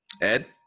Ed